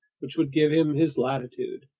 which would give him his latitude.